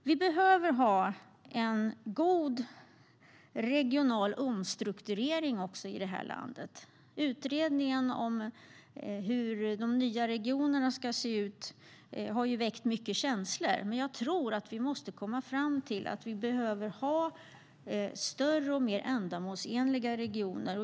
Vi behöver en god regional omstrukturering i det här landet. Utredningen om hur de nya regionerna ska se ut har väckt mycket känslor, men jag tror att vi måste komma fram till att vi behöver ha större och mer ändamålsenliga regioner.